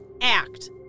act